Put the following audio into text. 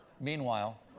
Meanwhile